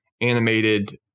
animated